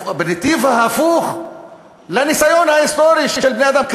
בנתיב ההפוך לניסיון ההיסטורי של בני-האדם.